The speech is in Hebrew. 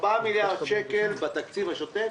בתקציב השוטף.